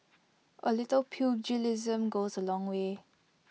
A little pugilism goes A long way